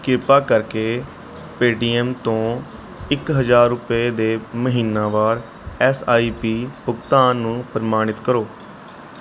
ਕਿਰਪਾ ਕਰਕੇ ਪੇਟੀਐੱਮ ਤੋਂ ਇੱਕ ਹਜ਼ਾਰ ਰੁਪਏ ਦੇ ਮਹੀਨਾਵਾਰ ਐੱਸ ਆਈ ਪੀ ਭੁਗਤਾਨ ਨੂੰ ਪ੍ਰਮਾਣਿਤ ਕਰੋ